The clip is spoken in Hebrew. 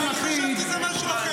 אני חשבתי שזה משהו אחר.